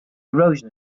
erosion